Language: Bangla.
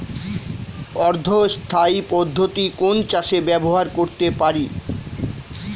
অর্ধ স্থায়ী পদ্ধতি কোন চাষে ব্যবহার করতে পারি?